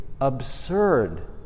absurd